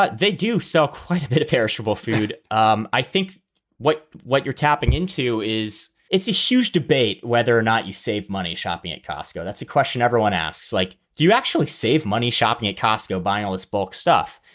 but they do sell quite a bit of perishable food. um i think what what you're tapping into is it's a huge debate whether or not you save. money shopping at costco. that's a question everyone asks, like, do you actually save money shopping at costco, buying all its bulk stuff?